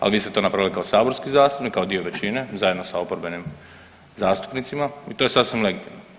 Ali vi ste to napravili kao saborski zastupnik kao dio većine zajedno sa oporbenim zastupnicima i to je sasvim legitimno.